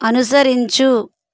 అనుసరించు